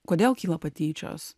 kodėl kyla patyčios